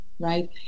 Right